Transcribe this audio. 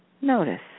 notice